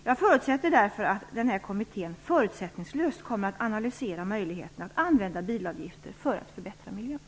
Jag förutsätter därför att denna kommitté förutsättningslöst kommer att analysera möjligheterna att använda bilavgifter för att förbättra miljön.